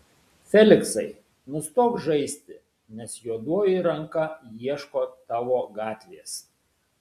feliksai nustok žaisti nes juodoji ranka ieško tavo gatvės